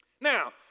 Now